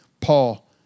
Paul